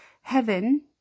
heaven